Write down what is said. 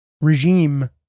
regime